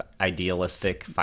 idealistic